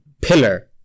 pillar